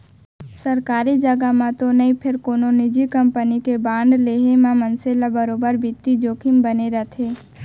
सरकारी जघा म तो नई फेर कोनो निजी कंपनी के बांड लेहे म मनसे ल बरोबर बित्तीय जोखिम बने रइथे